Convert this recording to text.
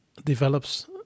Develops